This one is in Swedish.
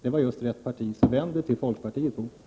Det var just rätt parti. Så vänd er till folkpartiet, Bo Lundgren!